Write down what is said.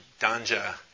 Danja